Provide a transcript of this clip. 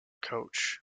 coach